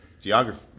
geography